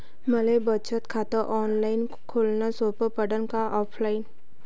मले बचत खात ऑनलाईन खोलन सोपं पडन की ऑफलाईन?